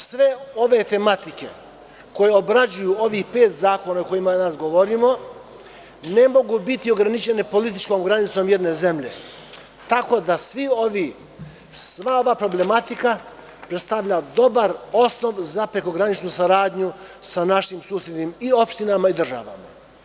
Sve ove tematike koje obrađuju ovih pet zakona o kojima danas govorimo, ne mogu biti ograničene političkom granicom jedne zemlje, tako da sva ova problematika predstavlja dobar osnov za prekograničnu saradnju sa našim susednim i opštinama i državama.